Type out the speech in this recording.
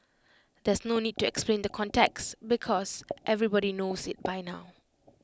there's no need to explain the context because everybody knows IT by now